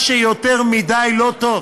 מה שיותר מדי, לא טוב,